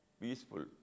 peaceful